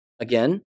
Again